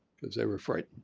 because they were afraid.